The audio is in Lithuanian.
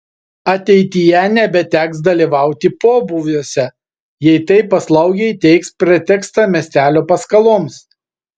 ateityje nebeteks dalyvauti pobūviuose jei taip paslaugiai teiks pretekstą miestelio paskaloms